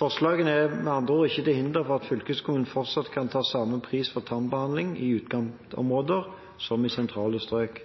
Forslagene er med andre ord ikke til hinder for at fylkeskommunen fortsatt kan ta samme priser for tannbehandling i utkantområder som i sentrale strøk.